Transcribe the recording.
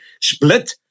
split